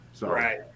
Right